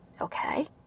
Okay